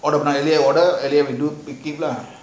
all the friday order and then we do fifty plus